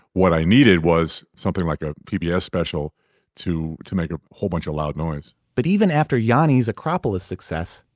what i needed was something like a pbs yeah special to to make a whole bunch of loud noise but even after yanni's acropolis success,